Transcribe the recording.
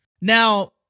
Now